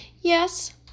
Yes